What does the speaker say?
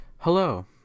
hello